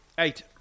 Eight